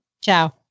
Ciao